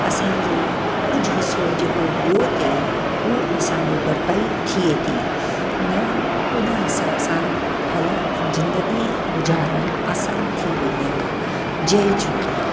असांजो कुझु हिस्सो जेको वियो हुते हूं असांजो भरपाइ थिए थी न उन हिसाब सां हलण ज़िंदगी गुजारण आसानु थी वई आहे जय झूले